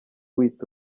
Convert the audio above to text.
uhita